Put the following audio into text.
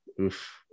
Oof